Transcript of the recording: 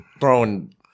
throwing